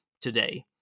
today